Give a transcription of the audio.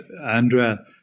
Andrea